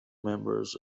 members